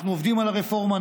אנחנו עובדים על הרפורמה,